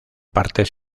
partes